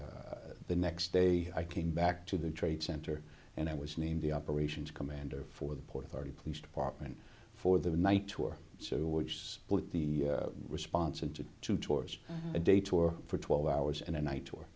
and the next day i came back to the trade center and i was named the operations commander for the port authority police department for the night two or so which split the response in to two tours a day tour for twelve hours and a night or